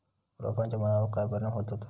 रोपांच्या मुळावर काय परिणाम होतत?